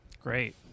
Great